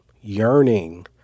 yearning